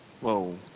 whoa